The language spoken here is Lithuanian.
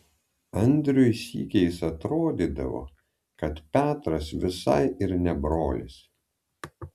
andriui sykiais atrodydavo kad petras visai ir ne brolis